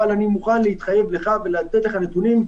אני מוכן להתחייב לך ולתת לך נתונים.